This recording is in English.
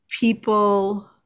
people